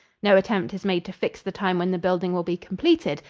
no attempt is made to fix the time when the building will be completed,